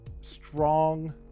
strong